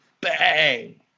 Bang